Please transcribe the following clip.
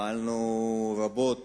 פעלנו רבות